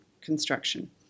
construction